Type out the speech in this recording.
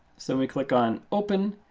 so we click on open.